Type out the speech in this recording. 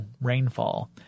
rainfall